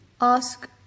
ask